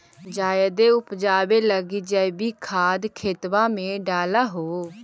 जायदे उपजाबे लगी जैवीक खाद खेतबा मे डाल हो?